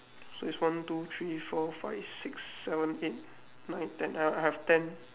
so is one two three four five six seven eight nine ten I have I have ten